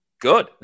good